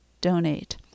donate